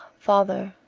father,